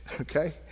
okay